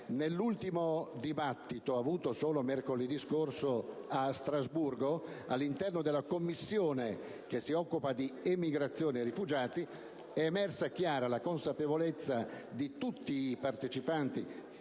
Nell'ultimo dibattito svoltosi solo mercoledì scorso a Strasburgo all'interno della Commissione che si occupa di emigrazione e rifugiati è emersa chiara la consapevolezza di tutti i Paesi partecipanti